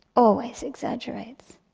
always exaggerates.